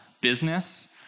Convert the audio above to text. business